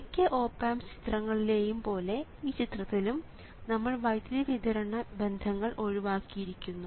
മിക്ക op amp ചിത്രങ്ങളിലെയും പോലെ ഈ ചിത്രത്തിലും നമ്മൾ വൈദ്യുതി വിതരണ ബന്ധങ്ങൾ ഒഴിവാക്കിയിരിക്കുന്നു